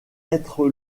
être